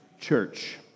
church